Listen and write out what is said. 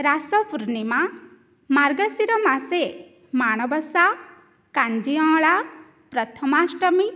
रासपूर्णिमा मार्गशिरमासे माणबसा काञ्जियाळ प्रथमाष्टमी